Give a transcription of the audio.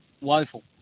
woeful